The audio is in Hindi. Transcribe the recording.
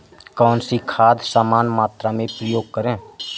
कौन सी खाद समान मात्रा में प्रयोग करें?